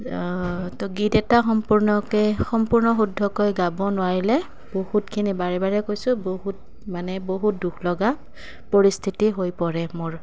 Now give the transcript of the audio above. তো গীত এটা সম্পূৰ্ণকৈ সম্পূৰ্ণ শুদ্ধকৈ গাব নোৱাৰিলে বহুতখিনি বাৰে বাৰে কৈছোঁ বহুত মানে বহুত দুখ লগা পৰিস্থিতি হৈ পৰে মোৰ